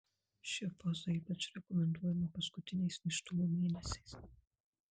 ši poza ypač rekomenduojama paskutiniais nėštumo mėnesiais